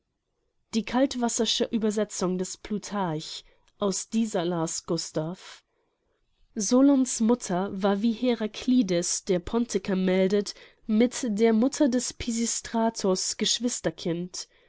die kaltwasser'sche uebersetzung des plutarch aus dieser las gustav solon's mutter war wie heraklides der pontiker meldet mit der mutter des pisistratus geschwisterkind